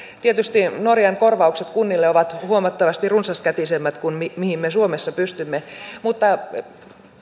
tietysti norjan korvaukset kunnille ovat huomattavasti runsaskätisemmät kuin mihin me suomessa pystymme mutta